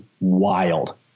wild